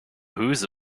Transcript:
whose